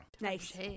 Nice